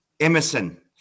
Emerson